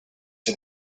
for